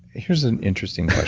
here's an interesting